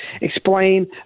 explain